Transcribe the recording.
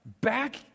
back